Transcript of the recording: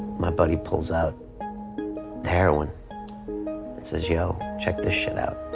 my buddy pulls out heroin and says yo check this shit out,